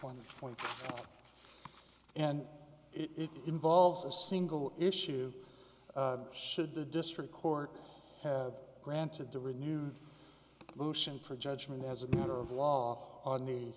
one point and it involves a single issue should the district court have granted the renewed motion for judgment as a matter of law on the